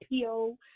PO